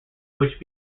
which